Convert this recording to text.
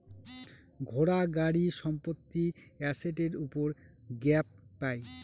ঘোড়া, গাড়ি, সম্পত্তি এসেটের উপর গ্যাপ পাই